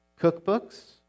Cookbooks